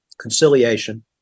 conciliation